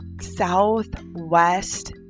Southwest